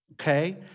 Okay